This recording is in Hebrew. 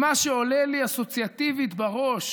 מה שעולה לי אסוציאטיבית בראש